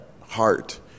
heart